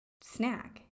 snack